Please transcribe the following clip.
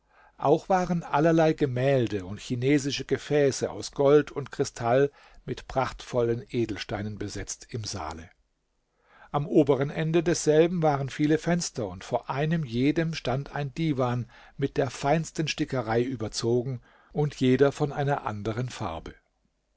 auch waren allerlei gemälde und chinesische gefäße aus gold und kristall mit prachtvollen edelsteinen besetzt im saale am oberen ende desselben waren viele fenster und vor einem jeden stand ein divan mit der feinsten stickerei überzogen und jeder von einer anderen farbe